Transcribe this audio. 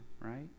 right